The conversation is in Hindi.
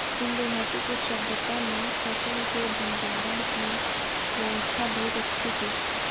सिंधु घाटी की सभय्ता में फसल के भंडारण की व्यवस्था बहुत अच्छी थी